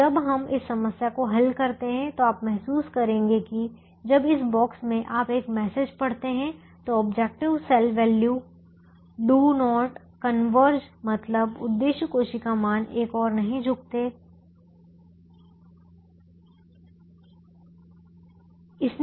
तो जब हम इस समस्या को हल करते हैं तो आप महसूस करेंगे कि जब इस बॉक्स में आप एक मैसेज पढ़ते हैं जो objective cell value do not converge मतलब उद्देश्य कोशिका मान एक और नहीं झुकते है